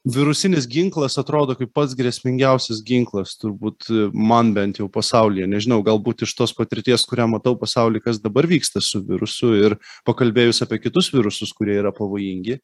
virusinis ginklas atrodo kaip pats grėsmingiausias ginklas turbūt man bent jau pasaulyje nežinau galbūt iš tos patirties kurią matau pasauly kas dabar vyksta su virusu ir pakalbėjus apie kitus virusus kurie yra pavojingi